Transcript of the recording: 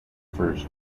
first